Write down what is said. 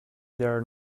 there